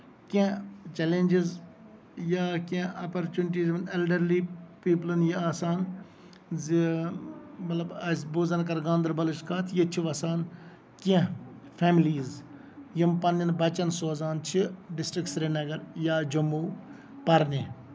کیٚنٛہہ چیلینجِز یا کیٚنٛہہ آپرچوٗنِٹیٖز یِم ایلڈرلی پیٖپلن یہِ آسان زِ آز بوزان کانہہ گاندربَلٕچ کَتھ ییٚتہِ چھُ بَسان کیٚنہہ فیملیٖز یِم پَنٕنین بَچن سوزان چھِ ڈِسٹرک سری نگر یا جموں پَرنہِ